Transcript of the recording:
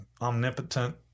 omnipotent